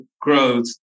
growth